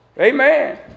Amen